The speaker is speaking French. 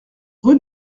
rue